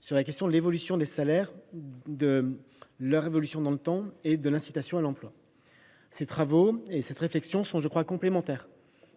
sur la question de l’évolution des salaires dans le temps et de l’incitation à l’emploi. Ces travaux, cette réflexion sont complémentaires